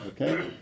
okay